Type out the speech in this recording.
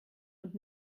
und